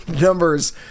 numbers